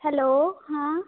hello हाँ